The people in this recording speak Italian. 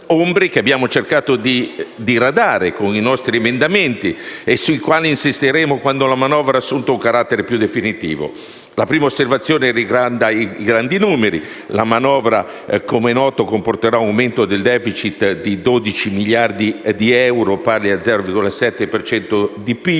ombre che abbiamo cercato di diradare con i nostri emendamenti, sui quali insisteremo quando la manovra avrà assunto un carattere più definitivo. La prima osservazione riguarda i grandi numeri. La manovra, come noto, comporterà un aumento del *deficit* di 12 miliardi di euro, pari allo 0,7 per